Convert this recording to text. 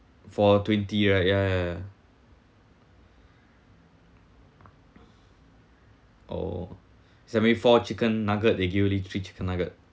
for twenty right ya ya ya oh seventy four chicken nugget they give only three chicken nugget